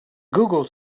google